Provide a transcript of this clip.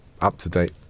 up-to-date